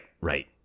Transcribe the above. right